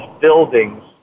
buildings